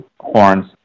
horns